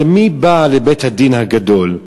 הרי מי בא לבית-הדין הגדול?